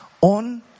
on